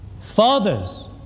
Fathers